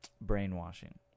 brainwashing